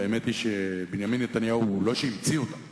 האמת היא שבנימין נתניהו לא המציא אותה,